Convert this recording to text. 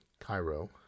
Cairo